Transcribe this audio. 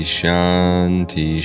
Shanti